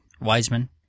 Wiseman